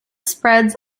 spreads